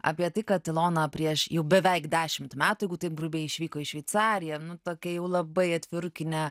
apie tai kad ilona prieš jau beveik dešimt metų jeigu taip grubiai išvyko į šveicariją tokią jau labai atvirukinę